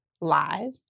live